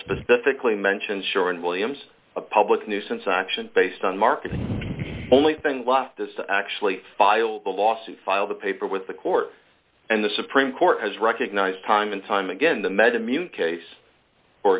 specifically mentions sure and williams a public nuisance action based on marketing only thing left to actually file a lawsuit filed the paper with the court and the supreme court has recognized time and time again the metamucil case for